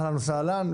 אהלן וסהלן,